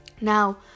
now